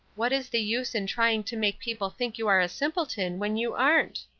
what is the use in trying to make people think you are a simpleton, when you aren't.